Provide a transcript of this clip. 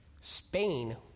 Spain